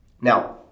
Now